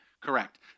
correct